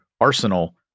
arsenal